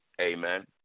Amen